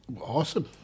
awesome